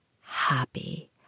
happy